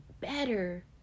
better